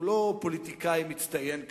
הוא לא פוליטיקאי מצטיין כמוך,